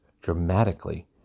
dramatically